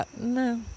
no